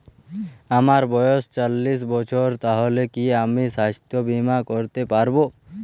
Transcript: আমার বয়স চল্লিশ বছর তাহলে কি আমি সাস্থ্য বীমা করতে পারবো?